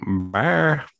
Bye